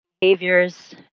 behaviors